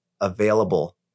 available